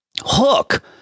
hook